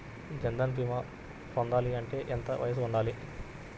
జన్ధన్ భీమా పొందాలి అంటే ఎంత వయసు ఉండాలి?